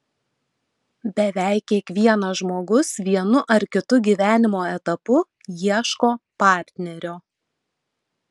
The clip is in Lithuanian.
beveik kiekvienas žmogus vienu ar kitu gyvenimo etapu ieško partnerio